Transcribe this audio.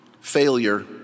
Failure